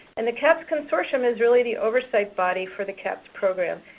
and the cahps consortium is really the oversight body for the cahps program.